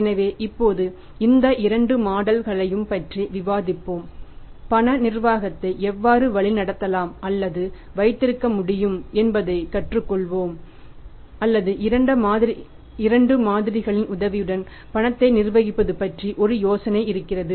எனவே இப்போது இந்த இரண்டு மாடல்களையும் பற்றி விவாதிப்போம் பண நிர்வாகத்தை எவ்வாறு வழிநடத்தலாம் அல்லது வைத்திருக்க முடியும் என்பதைக் கற்றுக்கொள்வோம் அல்லது இரண்டு மாதிரிகளின் உதவியுடன் பணத்தை நிர்வகிப்பது பற்றி ஒரு யோசனை இருக்கிறது